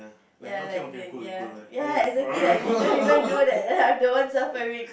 ya like they ya exactly like they don't even know I'm the one suffering